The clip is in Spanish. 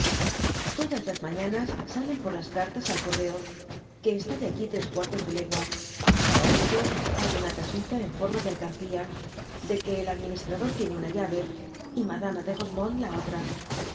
todas las mañanas salen por las cartas al correo que está de aquí tres cuartos de legua para esto hay una cajita en forma de alcancía de que el administrador tiene una llave y madama de rosemonde la otva